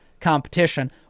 competition